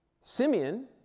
Simeon